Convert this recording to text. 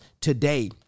today